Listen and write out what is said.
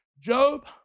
Job